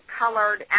colored